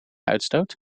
uitstoot